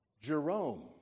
Jerome